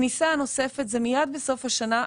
הכניסה הנוספת היא מיד בסוף השנה.